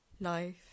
Life